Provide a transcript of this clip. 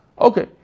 Okay